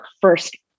first